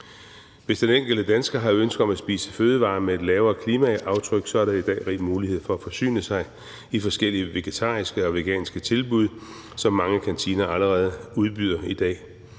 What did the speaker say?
Hvis den enkelte dansker har ønske om at spise fødevarer med et lavere klimaaftryk, er der i dag rig mulighed for at forsyne sig i forskellige vegetariske og veganske tilbud, som mange kantiner allerede udbyder i dag.